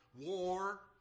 War